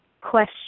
question